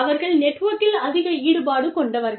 அவர்கள் நெட்வொர்க்கில் அதிக ஈடுபாடு கொண்டவர்கள்